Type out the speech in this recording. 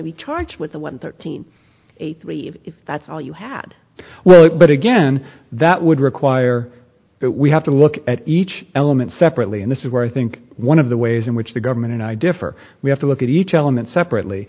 to be charged with the one thirteen eight leave if that's all you had well but again that would require that we have to look at each element separately and this is where i think one of the ways in which the government and i differ we have to look at each element separately